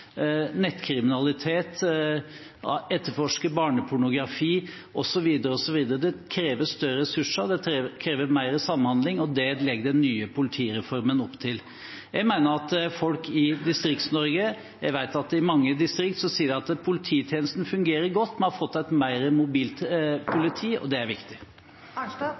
nettkriminalitet, etterforskning av barnepornografi osv. Det krever større ressurser, det krever mer samhandling – og det legger den nye politireformen opp til. Jeg vet at i mange distrikter sier folk at polititjenesten fungerer godt. Vi har fått et mer mobilt politi, og det er